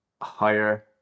higher